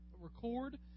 record